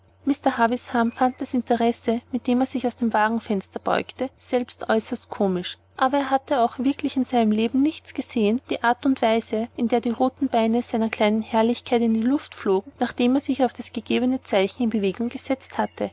mr havisham fand das interesse mit dem er sich aus dem wagenfenster beugte selbst äußerst komisch aber er hatte auch wirklich in seinem leben nichts gesehen wie die art und weise in der die roten beine seiner kleinen herrlichkeit in die luft flogen nachdem er sich auf das gegebene zeichen in bewegung gesetzt hatte